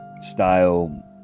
style